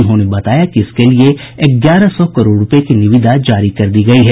उन्होंने बताया कि इसके लिए ग्यारह सौ करोड़ रूपये की निविदा जारी कर दी गयी है